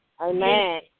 Amen